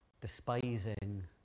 despising